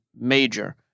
major